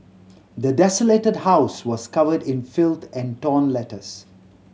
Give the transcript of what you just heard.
the desolated house was covered in filth and torn letters